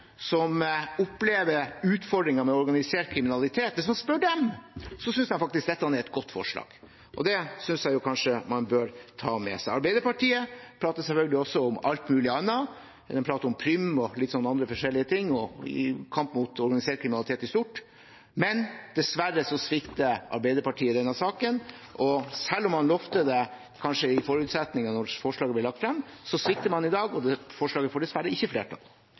som opplever utfordringer med organisert kriminalitet, så syns de faktisk dette er et godt forslag, og det syns jeg kanskje man bør ta med seg. Arbeiderpartiet prater selvfølgelig om alt mulig annet. De prater om Prüm og litt sånn andre forskjellige ting og kamp mot organisert kriminalitet i stort, men dessverre svikter Arbeiderpartiet i denne saken. Selv om man kanskje lovet det i forutsetningene da forslaget ble lagt frem, svikter man i dag, og forslaget får dessverre ikke flertall.